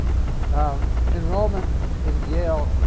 um enrollment in yale,